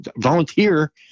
volunteer